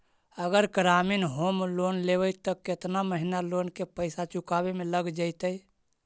अगर ग्रामीण home loan लेबै त केतना महिना लोन के पैसा चुकावे में लग जैतै?